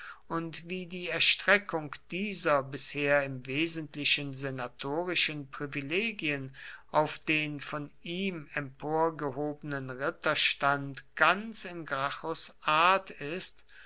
und wie die erstreckung dieser bisher im wesentlichen senatorischen privilegien auf den von ihm emporgehobenen ritterstand ganz in gracchus art ist